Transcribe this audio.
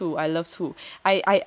I love 醋 I love 醋